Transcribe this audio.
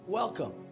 welcome